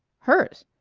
hers.